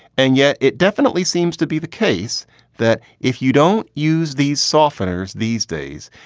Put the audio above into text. and yet it definitely seems to be the case that if you don't use these softeners these days,